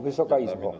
Wysoka Izbo!